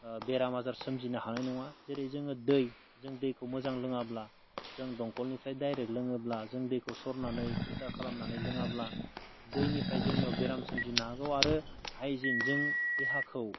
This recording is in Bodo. बेराम आजार सोमजिनो हानाय नङा जेरै जोङो दै जों दैखौ मोजां लोङाब्ला जों दंखलनिफ्राय डाइरेक्ट लोङोब्ला दैखौ सरनानै फिल्टार खालामनानै लोङाब्ला दैनिफ्राय जोंनियाव बेराम सोमजिनो हागौ आरो हाइजिनजों देहाखौ